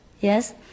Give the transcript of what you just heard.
yes